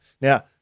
Now